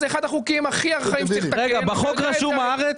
זה אחד החוקים הכי ארכאיים -- בחוק רשום "הארץ"?